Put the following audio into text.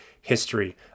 history